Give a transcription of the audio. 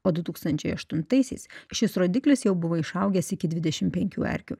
o du tūksančiai aštuntaisiais šis rodiklis jau buvo išaugęs iki dvidešim penkių erkių